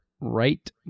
right